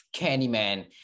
Candyman